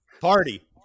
party